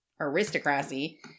aristocracy